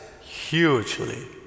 hugely